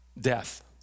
death